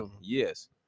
Yes